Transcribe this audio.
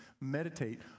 meditate